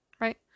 Right